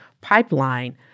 pipeline